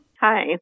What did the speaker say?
Hi